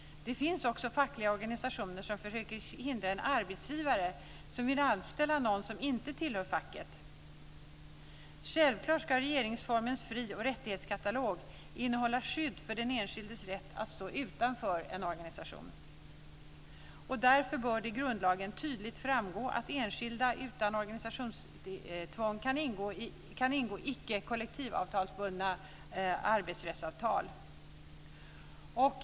Det finns också fackliga organisationer som försöker hindra en arbetsgivare som vill anställa någon som inte tillhör facket. Självklart ska regeringsformens fri och rättighetskatalog innehålla skydd för den enskildes rätt att stå utanför en organisation. Därför bör det i grundlagen tydligt framgå att enskilda utan organisationstvång kan ingå icke kollektivavtalsbundna arbetsrättsavtal.